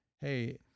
hey